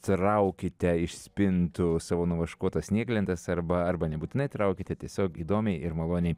traukite iš spintų savo nuvaškuotas snieglentes arba arba nebūtinai traukite tiesiog įdomiai ir maloniai